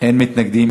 אין מתנגדים,